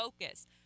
Focus